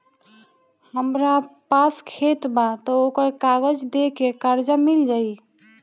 हमरा पास खेत बा त ओकर कागज दे के कर्जा मिल जाई?